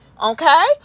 okay